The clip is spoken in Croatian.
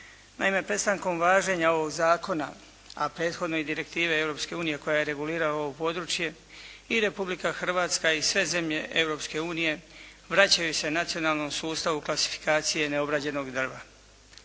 Naime, prestankom važenja ovoga zakona a prethodno i direktive Europske unije koja i regulira ovo područje i Republika Hrvatska i sve zemlje Europske unije vraćaju se nacionalnom sustavu klasifikacije neobrađenog drva.